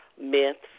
myths